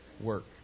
work